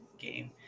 game